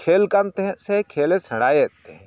ᱠᱷᱮᱞᱠᱟᱱ ᱛᱮᱦᱮᱸᱫ ᱥᱮ ᱠᱷᱮᱞᱼᱮ ᱥᱮᱬᱟᱭᱮᱫ ᱛᱟᱦᱮᱸᱫ